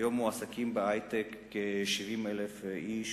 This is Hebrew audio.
היום מועסקים בהיי-טק כ-70,000 איש,